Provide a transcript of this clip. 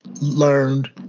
learned